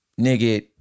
nigga